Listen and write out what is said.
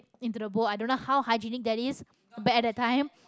into the bowl i don't know how hygienic that is but at that time